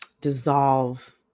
dissolve